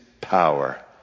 power